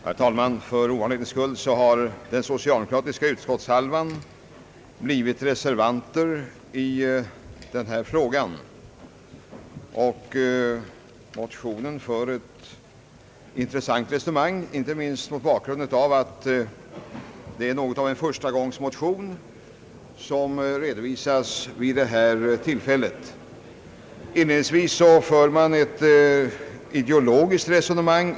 Herr talman! För ovanlighetens skull har den socialdemokratiska utskottshälften blivit reservanter i denna fråga. Folkpartimotionen för ett intressant resonemang, inte minst mot bakgrunden av att det är fråga om en förstagångsmotion som redovisas vid detta logiskt resonemang.